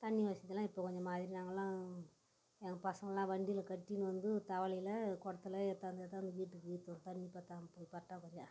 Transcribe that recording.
தண்ணி வசதிலாம் இப்போ கொஞ்சம் மாதிரி நாங்கள்லாம் எங்கள் பசங்கள்லாம் வண்டியில் கட்டின்னு வந்து தவலையில் குடத்துல எடுத்தாந்து எடுத்தாந்து வீட்டுக்கு ஊற்றுவோம் தண்ணி பத்தாமல் போய் பற்றாக்குறையா